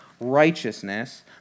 righteousness